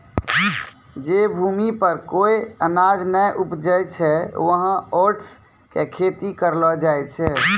जै भूमि पर कोय अनाज नाय उपजै छै वहाँ ओट्स के खेती करलो जाय छै